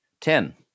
Ten